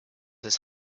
his